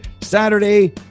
Saturday